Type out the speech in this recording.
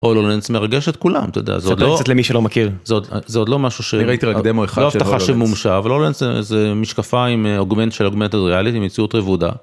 הולנדס מרגש את כולם אתה יודע זה לא למי שלא מכיר זאת זה עוד לא משהו שאני ראיתי רק דמו אחד שמומשה אבל אין זה משקפיים עם אוגמנט של אוגמנטד ריאלית עם מציאות רבודה.